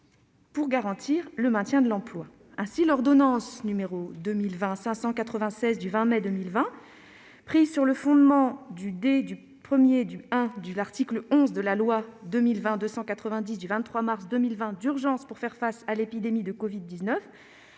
pour garantir le maintien de l'emploi. Ainsi, l'ordonnance n° 2020-596 du 20 mai dernier, prise sur le fondement du du 1° du I de l'article 11 de la loi n° 2020-290 du 23 mars 2020 d'urgence pour faire face à l'épidémie de covid-19,